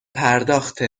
پرداخت